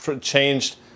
changed